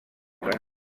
grilled